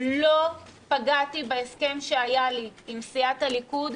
לא פגעתי בהסכם שהיה לי עם סיעת הליכוד,